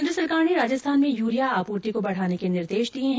केन्द्र सरकार ने राजस्थान में यूरिया आपूर्ति को बढ़ाने के निर्देश दिये है